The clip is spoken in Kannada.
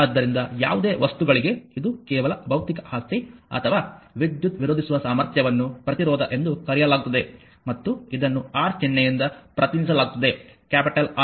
ಆದ್ದರಿಂದ ಯಾವುದೇ ವಸ್ತುಗಳಿಗೆ ಇದು ಕೆಲವು ಭೌತಿಕ ಆಸ್ತಿ ಅಥವಾ ವಿದ್ಯುತ್ ವಿರೋಧಿಸುವ ಸಾಮರ್ಥ್ಯವನ್ನು ಪ್ರತಿರೋಧ ಎಂದು ಕರೆಯಲಾಗುತ್ತದೆ ಮತ್ತು ಇದನ್ನು R ಚಿಹ್ನೆಯಿಂದ ಪ್ರತಿನಿಧಿಸಲಾಗುತ್ತದೆಕ್ಯಾಪಿಟಲ್ R